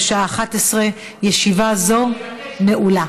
בשעה 11:00. ישיבה זו נעולה.